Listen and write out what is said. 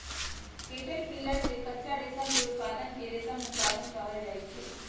caterpillar से कच्चा रेशम के उत्पादन के रेशम उत्पादन कहल जाई छई